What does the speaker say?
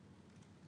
בוועדה.